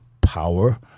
power